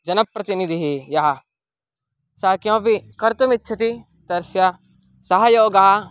जनप्रतिनिधिः यः सः किमपि कर्तुमिच्छति तस्य सहयोगः